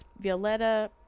violetta